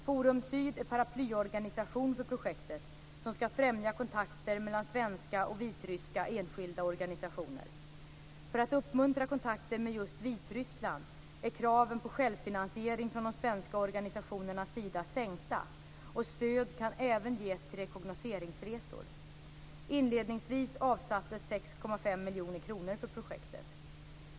Forum Syd är paraplyorganisation för projektet som ska främja kontakter mellan svenska och vitryska enskilda organisationer. För att uppmuntra kontakter med just Vitryssland är kraven på självfinansiering från de svenska organisationernas sida sänkta och stöd kan även ges till rekognoseringsresor. Inledningsvis avsattes 6,5 miljoner kronor för projektet.